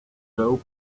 doe